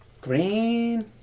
Green